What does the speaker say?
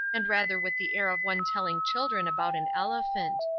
and rather with the air of one telling children about an elephant.